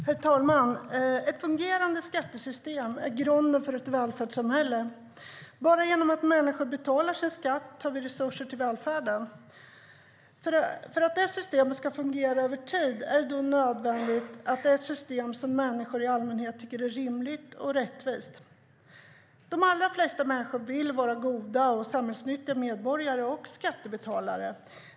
Herr talman! Ett fungerande skattesystem är grunden för ett välfärdssamhälle. Bara genom att människor betalar sin skatt har vi resurser till välfärden. För att det systemet ska fungera över tid är det nödvändigt att det är ett system som människor i allmänhet tycker är rimligt och rättvist. De allra flesta människor vill vara goda och samhällsnyttiga medborgare och skattebetalare.